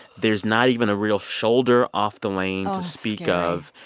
there's not even a real shoulder off the lane to speak of.